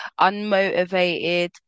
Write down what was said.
unmotivated